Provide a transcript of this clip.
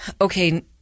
okay